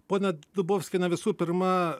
ponia dubovskiene visų pirma